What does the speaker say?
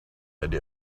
idea